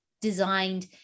designed